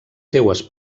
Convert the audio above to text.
seues